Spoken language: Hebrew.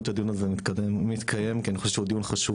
שהדיון הזה מתקיים כי אני חושב שהוא דיון חשוב.